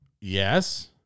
Yes